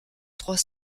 trois